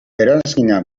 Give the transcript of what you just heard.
eranskina